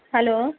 hello